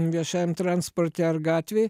viešajam transporte ar gatvėj